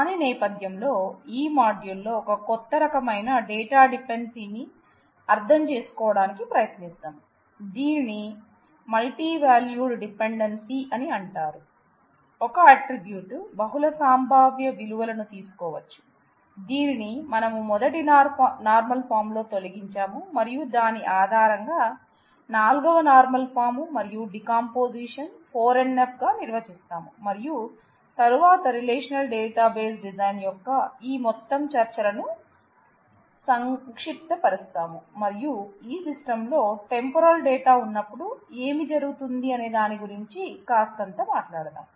దాని నేపథ్యంలో ఈ మాడ్యూల్ లో ఒక కొత్త రకమైన డేటా డిపెండెన్సీని అర్థం చేసుకోవడానికి ప్రయత్నిస్తాం దీనిని మల్టీ వాల్యూడ్ డిపెండెన్సీ ఉన్నప్పుడు ఏమి జరుగుతుందనే దాని గురించి కాస్తంత మాట్లాడతాం